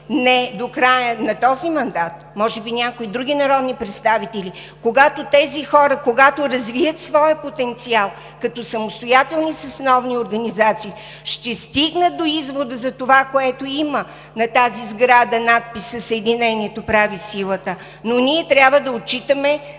не до края на този мандат, може би някои други народни представители, когато тези хора, когато развият своя потенциал като самостоятелни съсловни организации, ще стигнат до извода за това, което има на тази сграда – надписа „Съединението прави силата“, но ние трябва да отчитаме